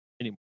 anymore